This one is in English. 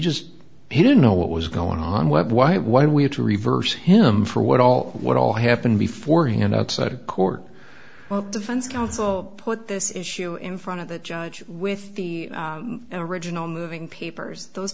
just he didn't know what was going on what why why we had to reverse him for what all what all happened before hand outside court defense counsel put this issue in front of the judge with the original moving papers those